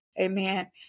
Amen